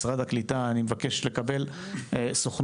משרד הקליטה אני מבקש לקבל סוכנות,